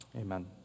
Amen